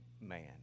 man